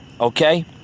okay